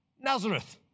Nazareth